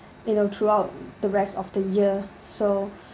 you know throughout the rest of the year so